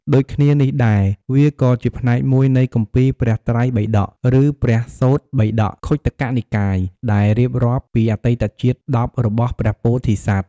ដូចគ្នានេះដែរ វាក៏ជាផ្នែកមួយនៃគម្ពីរព្រះត្រៃបិដក ឬ ព្រះសូត្របិដក ខុទ្ទកនិកាយ ដែលរៀបរាប់ពីអតីតជាតិ ១០ របស់ព្រះពោធិសត្វ។